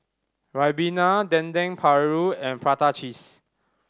ribena Dendeng Paru and prata cheese